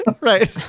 Right